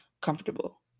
comfortable